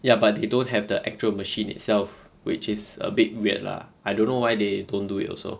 ya but they don't have the actual machine itself which is a bit weird lah I don't know why they don't do it also